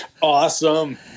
Awesome